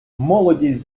молодість